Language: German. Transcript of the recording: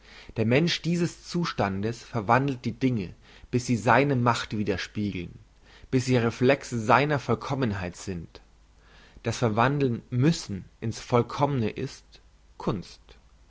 der mensch dieses zustandes verwandelt die dinge bis sie seine macht wiederspiegeln bis sie reflexe seiner vollkommenheit sind dies verwandeln müssen in's vollkommne ist kunst